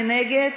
מי נגד?